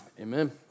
Amen